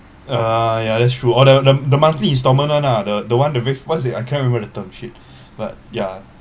ah yeah that's true oh the the the monthly instalment one ah the the one the what's it I can't remember the term shit but ya